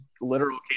literal